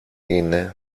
είναι